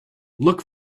look